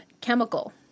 chemical